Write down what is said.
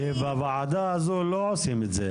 כי בוועדה הזאת לא עושים את זה.